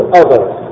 others